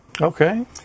Okay